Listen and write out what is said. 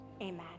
amen